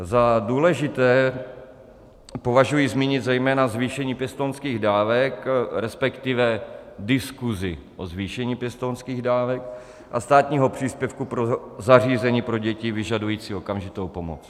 Za důležité považuji zmínit zejména zvýšení pěstounských dávek, respektive diskuzi o zvýšení pěstounských dávek a státního příspěvku pro zařízení pro děti vyžadující okamžitou pomoc.